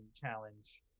challenge